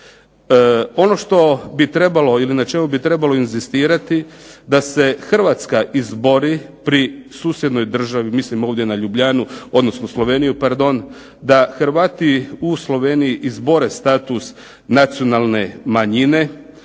Ono što bi trebalo, ili na čemu bi trebalo inzistirati, da se Hrvatska izbori pri susjednoj državi, mislim ovdje na Ljubljanu, odnosno Sloveniju pardon, da Hrvati u Sloveniji izbore status nacionalne manjine,